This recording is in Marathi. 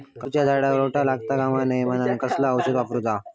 काजूच्या झाडांका रोटो लागता कमा नये म्हनान कसला औषध वापरूचा?